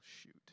shoot